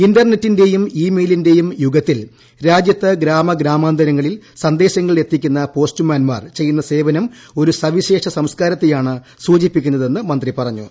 ഇന്റർനെറ്റിന്റേയും ഇ മെയിലിന്റേയും യുഗത്തിൽ രാജ്യത്ത് ഗ്രാമഗ്രാമാന്തരങ്ങളിൽ സന്ദേശങ്ങൾ എത്തിക്കുന്ന പോസ്റ്റുമാൻമാർ ചെയ്യുന്ന സേവനം ഒരു സവിശേഷ സംസ്കാരത്തെയാണ് സൂചിപ്പിക്കുന്നതെന്ന് മന്ത്രി പറഞ്ഞു